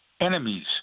enemies